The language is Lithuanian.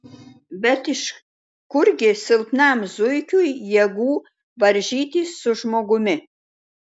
bet iš kurgi silpnam zuikiui jėgų varžytis su žmogumi